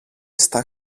στα